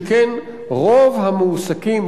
שכן רוב המועסקים,